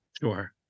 Sure